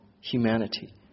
humanity